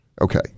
Okay